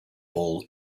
bowl